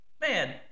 man